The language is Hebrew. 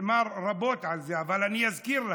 נאמר רבות על זה, אבל אני אזכיר לכם,